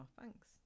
thanks